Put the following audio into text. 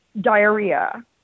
Diarrhea